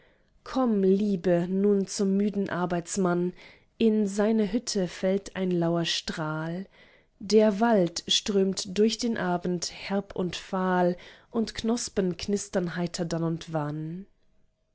komm liebe nun zum müden arbeitsmann in seine hütte fällt ein lauer strahl der wald strömt durch den abend herb und fahl und knospen knistern heiter dann und wann